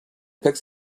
picks